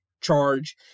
charge